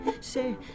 say